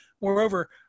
Moreover